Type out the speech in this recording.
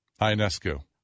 Ionescu